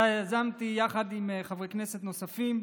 שאותה יזמתי יחד עם חברי כנסת נוספים.